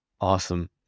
Awesome